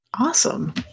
Awesome